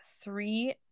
three